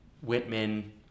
Whitman